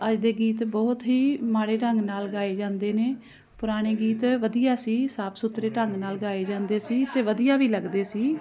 ਅੱਜ ਦੇ ਗੀਤ ਬਹੁਤ ਹੀ ਮਾੜੇ ਢੰਗ ਨਾਲ ਗਾਏ ਜਾਂਦੇ ਨੇ ਪੁਰਾਣੇ ਗੀਤ ਵਧੀਆ ਸੀ ਸਾਫ ਸੁਥਰੇ ਢੰਗ ਨਾਲ ਗਾਏ ਜਾਂਦੇ ਸੀ ਅਤੇ ਵਧੀਆ ਵੀ ਲੱਗਦੇ ਸੀ